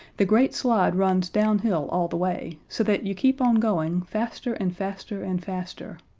the great slide runs downhill all the way, so that you keep on going faster and faster and faster.